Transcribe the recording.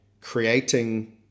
creating